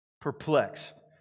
Perplexed